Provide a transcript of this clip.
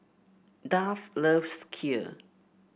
Duff loves Kheer